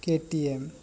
ᱠᱮ T ᱮᱢ